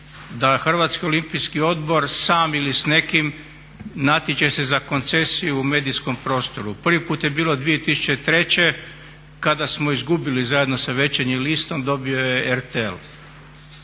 da Hrvatski olimpijski odbor sam ili s nekim natječe se za koncesiju u medijskom prostoru. Prvi put je bilo 2003. kada smo izgubili zajedno s Večernjim listom, dobio je RTL.